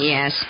Yes